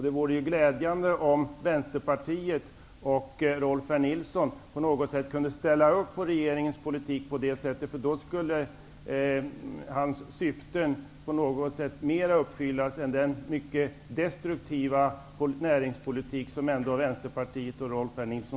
Det vore glädjande om Vänsterpartiet och Rolf L Nilson kunde ställa sig bakom denna regeringens politik. Då skulle hans syften bättre uppfyllas än genom den mycket destruktiva näringspolitik som